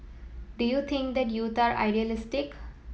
do you think that youth are idealistic